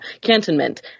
Cantonment